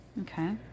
Okay